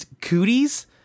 cooties